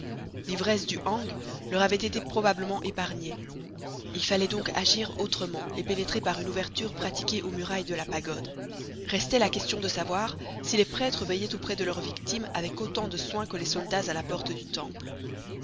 l'ivresse du hang leur avait été probablement épargnée il fallait donc agir autrement et pénétrer par une ouverture pratiquée aux murailles de la pagode restait la question de savoir si les prêtres veillaient auprès de leur victime avec autant de soin que les soldats à la porte du temple